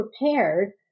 prepared